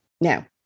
Now